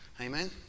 Amen